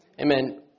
Amen